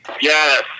Yes